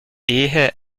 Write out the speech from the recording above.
ehe